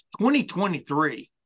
2023